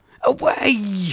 away